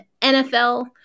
NFL